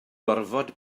gorfod